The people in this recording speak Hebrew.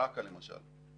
באכ"א, למשל.